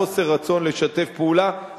חוסר רצון לשתף פעולה.